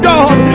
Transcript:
God